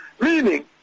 Meaning